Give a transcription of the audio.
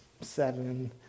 seven